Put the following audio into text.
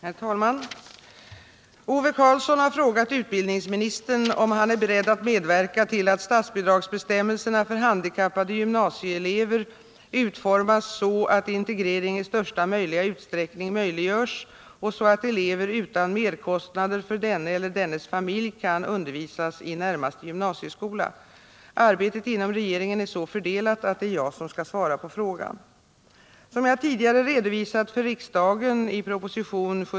Herr talman! Ove Karlsson har frågat utbildningsministern om han är beredd att medverka till att statsbidragsbestämmelserna för handikappade gymnasieelever utformas så att integrering i största möjliga utsträckning möjliggörs, och så att elever utan merkostnader för denne eller dennes familj kan undervisas i närmaste gymnasieskola. Arbetet inom regeringen är så fördelat att det är jag som skall svara på frågan. Som jag tidigare redovisat för riksdagen (prop. 1977/78:100 bil.